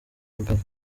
bagabo